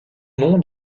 nom